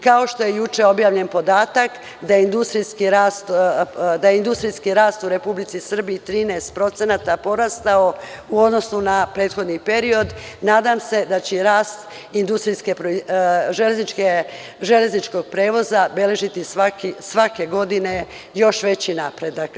Kao što je juče objavljen podatak, da je industrijski rast u Republici Srbiji 13% porastao, u odnosu na prethodni period, nadam se da će rast železničkog prevoza beležiti svake godine još veći napredak.